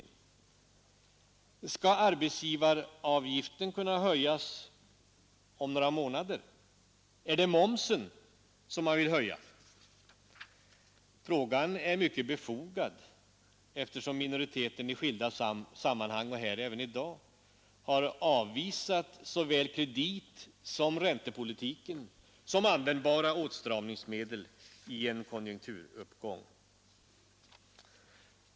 Skall höjningen av arbetsgivaravgiften uppskjutas bara några månader? Eller är det momsen som man vill höja? Frågan är så mycket mer befogad som minoriteten i skilda sammanhang och även här i dag har avvisat såväl kreditsom räntepolitiken som användbara åtstramningsmedel i en konjunkturuppgång.